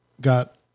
got